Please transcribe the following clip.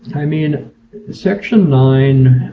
i mean section nine.